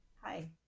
Hi